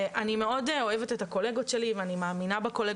ואני מאוד אוהבת את הקולגות שלי ואני מאמינה בהן,